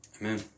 Amen